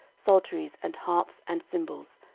psalteries and harps and cymbals,